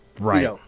Right